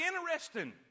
interesting